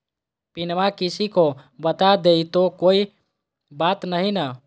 पिनमा किसी को बता देई तो कोइ बात नहि ना?